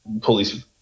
police